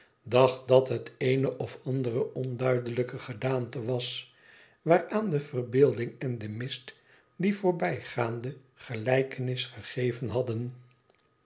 dacht dat het eene of andere onduidelijke gedaante was waaraan de verbeelding en de mist die voorbijgaande gelijkenis gegeven hadden